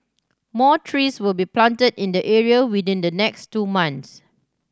more trees will be planted in the area within the next two months